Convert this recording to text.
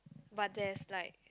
but there's like